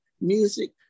music